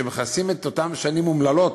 שמכסים את אותן שנים אומללות,